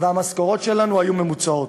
והמשכורות שלנו היו ממוצעות.